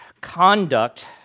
conduct